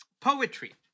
Poetry